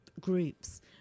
groups